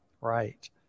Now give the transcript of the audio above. Right